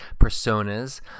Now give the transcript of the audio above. personas